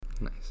Nice